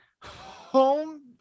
home